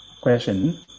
question